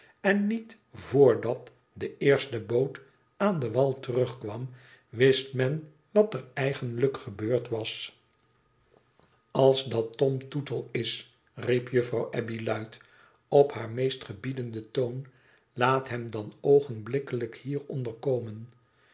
en niet voordat de eerste boot aan den wal terugkwam wist men wat er eigenlijk gebeurd was alsdattom tootleis riep juffrouw abbey luid op haar meestgebiedenden toon laat hem dan oogenblikkelijk hieronder komen